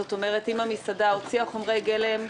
זאת אומרת אם המסעדה הוציאה חומרי גלם,